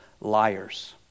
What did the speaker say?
liars